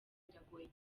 biragoye